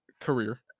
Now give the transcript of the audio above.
career